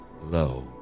low